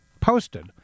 posted